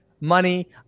money